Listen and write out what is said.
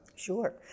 Sure